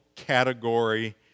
Category